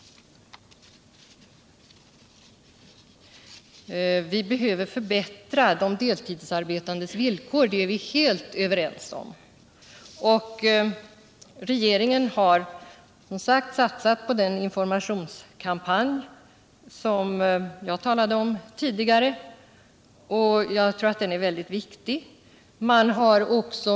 Vi behöver förbättra de deltidsarbetandes villkor, det är vi helt överens om. Regeringen har satsat på den informationskampanj som jag tidigare talade om. Jag tror att den är mycket viktig.